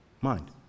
mind